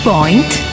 Point